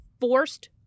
forced